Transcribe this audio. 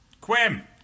Quim